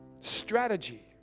strategy